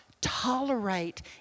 tolerate